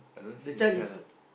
the child is